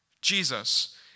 Jesus